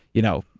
you know?